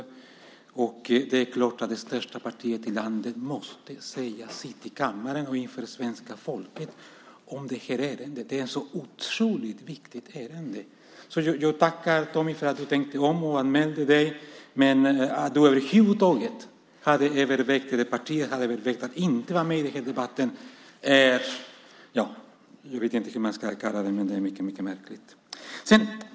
Då är det klart att det största partiet i landet måste säga sitt i kammaren och inför det svenska folket om det här ärendet. Det är ett så otroligt viktigt ärende. Jag tackar dig Tommy för att du tänkte om och anmälde dig till talarlistan. Men att partiet över huvud taget hade övervägt att inte vara med i debatten är mycket märkligt.